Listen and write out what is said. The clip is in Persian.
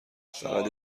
فقط